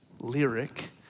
lyric